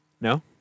No